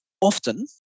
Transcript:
often